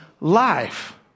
life